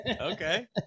Okay